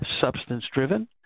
substance-driven